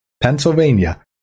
Pennsylvania